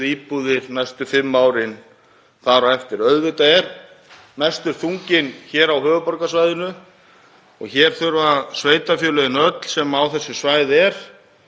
íbúðir næstu fimm árin þar á eftir. Auðvitað er mestur þunginn hér á höfuðborgarsvæðinu og þurfa sveitarfélögin öll sem á þessu svæði eru